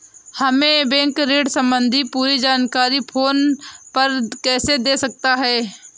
हमें बैंक ऋण संबंधी पूरी जानकारी फोन पर कैसे दे सकता है?